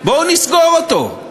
בואו נסגור אותו.